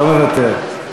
לא מוותר.